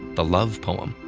the love poem,